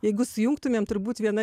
jeigu sujungtumėm turbūt viena